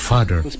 Father